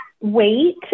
weight